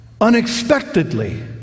unexpectedly